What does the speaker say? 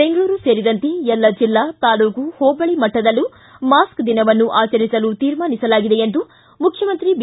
ಬೆಂಗಳೂರು ಸೇರಿದಂತೆ ಎಲ್ಲ ಜಿಲ್ಲಾ ತಾಲೂಕು ಹೋಬಳಿ ಮಟ್ಟದಲ್ಲೂ ಮಾಸ್ಕ್ ದಿನವನ್ನು ಆಚರಿಸಲು ತೀರ್ಮಾನಿಸಲಾಗಿದೆ ಎಂದು ಮುಖ್ಯಮಂತ್ರಿ ಬಿ